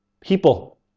people